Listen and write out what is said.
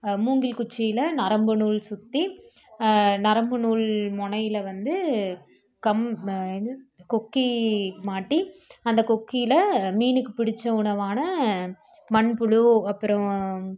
மூங்கில் குச்சியில் நரம்பு நூல் சுற்றி நரம்பு நூல் மொனையில் வந்து கம் என்னது கொக்கி மாட்டி அந்த கொக்கியில் மீனுக்கு பிடித்த உணவான மண்புழு அப்புறம்